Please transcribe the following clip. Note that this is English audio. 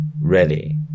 ready